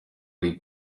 ari